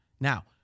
Now